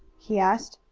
he asked.